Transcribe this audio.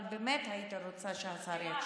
אבל באמת הייתי רוצה שהשר יקשיב.